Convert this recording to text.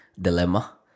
dilemma